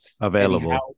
available